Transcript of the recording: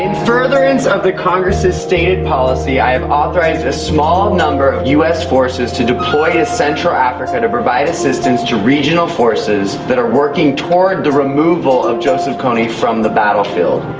furtherance ah of the congress's stated policy i have authorised a small number of us forces to deploy to central africa to provide assistance to regional forces that are working toward the removal of joseph kony from the battlefield.